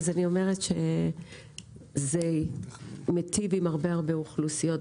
אז אני אומרת שזה מיטיב עם הרבה אוכלוסיות,